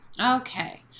Okay